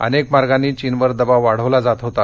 अनेक मार्गांनी चीनवर दबाव वाढवला जात होता